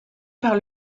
par